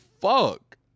fuck